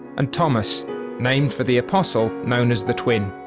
and thomas named for the apostle known as the twin.